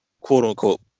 quote-unquote